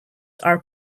are